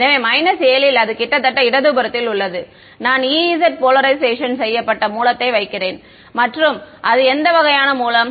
எனவே 7 இல் அது கிட்டத்தட்ட இடதுபுறத்தில் உள்ளது நான் E z போலரைஷேஷன் செய்யப்பட்ட மூலத்தை வைக்கிறேன் மற்றும் அது எந்த வகையான மூலம்